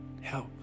help